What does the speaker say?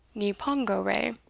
ni pongo rey